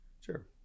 Sure